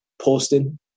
posting